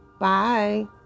Bye